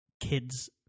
kids